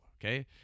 okay